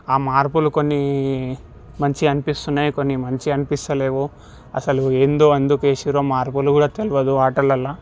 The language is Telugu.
ఆ మార్పులు కొన్నీ మంచిగా అనిపిస్తున్నాయి కొన్ని మంచిగా అనిపిస్తలేవు అసలు ఏందో ఎందుకేసిరో మార్పులు కూడా తెలియదు ఆటలల్లో